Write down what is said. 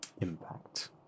impact